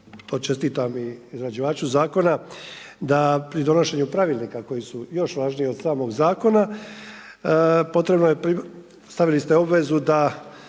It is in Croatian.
to čestitam i izrađivaču zakona, da pri donošenju pravilnika koji su još važniji od samog zakona potrebno je, stavili ste obvezu da